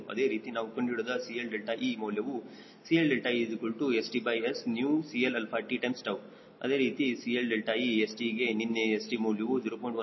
ಅದೇ ರೀತಿ ನಾವು ಕಂಡುಹಿಡಿದ CLe ಮೌಲ್ಯವು CLeStSCLt ಅದೇ ರೀತಿ CLe St ಗೆ ನಿನ್ನೆ St ಮೌಲ್ಯವು 0